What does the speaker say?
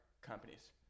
companies